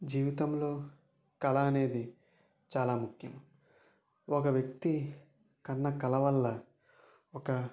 జీవితంలో కల అనేది చాలా ముఖ్యం ఒక వ్యక్తి కన్న కల వల్ల ఒక